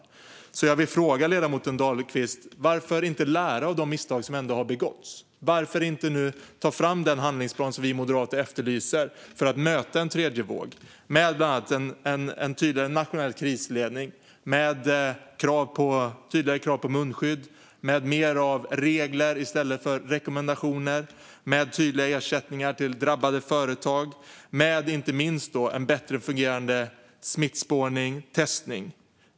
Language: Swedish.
Jag vill därför fråga ledamoten Dahlqvist: Varför inte lära av de misstag som har begåtts? Varför inte ta fram den handlingsplan som vi moderater efterlyser för att möta en tredje våg med bland annat en tydligare nationell krisledning, med tydligare krav på munskydd, med mer av regler i stället för rekommendationer, med tydliga ersättningar till drabbade företag och inte minst med en bättre fungerande smittspårning och testning?